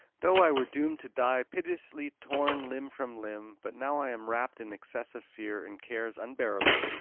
though i were doomed to die pitilessly, torn limb from limb, but now i am wrapped in excessive fear and cares unbearable,